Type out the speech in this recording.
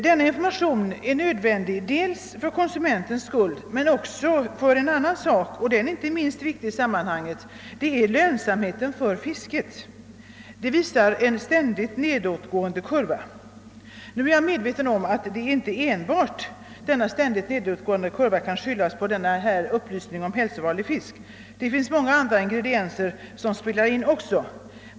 Denna information är nödvändig för konsumenternas skull men också av en annan anledning, som inte är minst viktig i sammanhanget. Jag syftar på lönsamheten för fisket, vilken visar en ständigt nedåtgående kurva. Jag är medveten om att denna ständigt nedåtgående kurva inte bara skall skyllas på upplysningen om hälsofarlig fisk. Det finns många andra faktorer som spelar in.